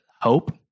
hope